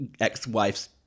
ex-wife's